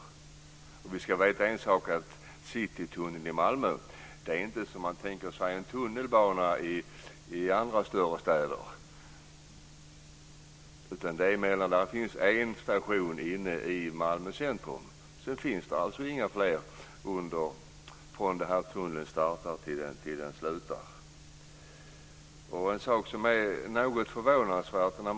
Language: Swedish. En sak ska vi veta: Citytunneln i Malmö är inte som man tänker sig en tunnelbana i andra större städer, utan det finns en station inne i Malmö centrum. Sedan finns det inga fler stationer från där tunneln börjar till där den slutar. Något förvånansvärt är följande.